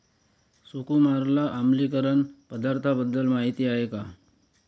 सुकुमारला आम्लीकरण पदार्थांबद्दल माहिती आहे का?